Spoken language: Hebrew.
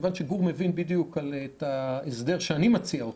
מכיוון שגור מבין בדיוק את ההסדר שאני מציע,